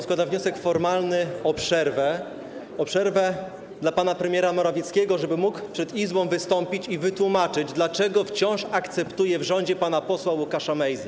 Składam wniosek formalny o przerwę dla pana premiera Morawieckiego, żeby mógł przed Izbą wystąpić i wytłumaczyć, dlaczego wciąż akceptuje w rządzie pana posła Łukasza Mejzę.